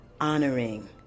honoring